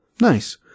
Nice